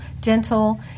dental